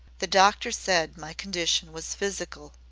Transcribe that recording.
the doctors said my condition was physical.